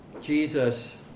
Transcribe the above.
Jesus